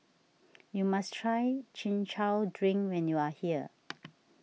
you must try Chin Chow Drink when you are here